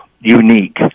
unique